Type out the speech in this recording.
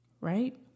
right